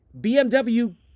BMW